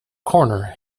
corner